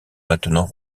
maintenant